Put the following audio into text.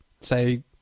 say